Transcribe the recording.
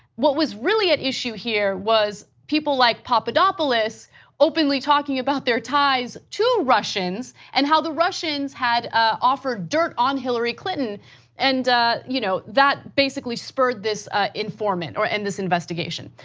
what was really an issue here was people like papadopoulos openly talking about their ties to russians and how the russians had ah offered dirt on hillary clinton and you know that basically spurred this informant in and this investigation.